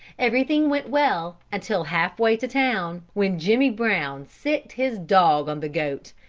everything went well until half-way to town, when jimmy brown sicked his dog on the goat,